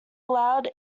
allowed